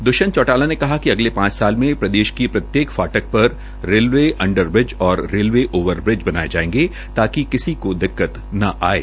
दृष्यंत चौटाला ने कहा कि अगले पांच साल में प्रदेश की प्रत्येक फाटक पर रेलवे अंडर ब्रिज और रेलवे ओवर ब्रिज बनायें जायेंगे ताकि किसी को दिक्कत न आये